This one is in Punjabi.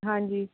ਹਾਂਜੀ